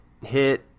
hit